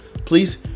Please